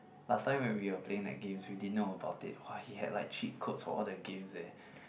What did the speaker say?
last time when we were playing the games we didn't know about it !wah! he had like cheat codes for all the games eh